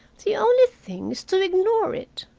the only thing is to ignore it.